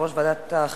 יושב-ראש ועדת החינוך,